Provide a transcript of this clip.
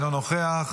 אינו נוכח,